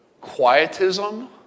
quietism